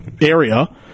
area